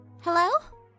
Hello